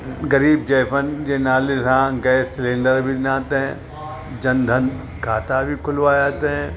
ग़रीब जइफ़ुनि जे नाले सां गैस सिलैंडर बि न त जनधन खाता बि खुलवाया अथइ